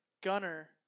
Gunner